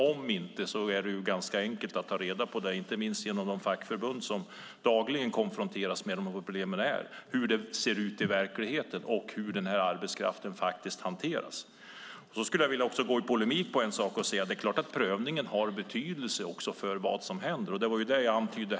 Om inte är det ganska enkelt att ta reda på det, inte minst genom de fackförbund som dagligen konfronteras med detta och vet vilka problem det är, hur det ser ut i verkligheten och hur denna arbetskraft faktiskt hanteras. Jag skulle också vilja gå i polemik på en punkt och säga: Det är klart att prövningen har betydelse för vad som händer. Det var det jag antydde.